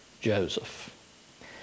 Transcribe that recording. Joseph